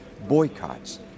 boycotts